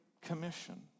Commission